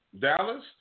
Dallas